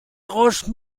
roche